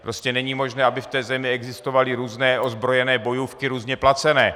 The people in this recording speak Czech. Prostě není možné, aby v té zemi existovaly různé ozbrojené bojůvky různě placené.